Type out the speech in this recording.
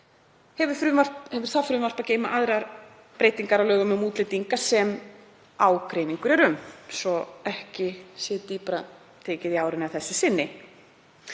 hefur frumvarpið að geyma aðrar breytingar á lögum um útlendinga sem ágreiningur er um, svo ekki sé dýpra tekið í árinni að þessu sinni.